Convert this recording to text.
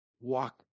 walk